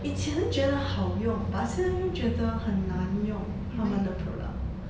以前觉得好用 but 现在觉得很难用他们的 product